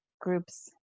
groups